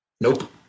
Nope